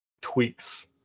tweaks